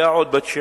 היה עוד ב-9